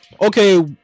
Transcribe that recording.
Okay